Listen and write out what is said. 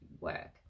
work